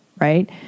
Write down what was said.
right